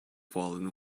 fallen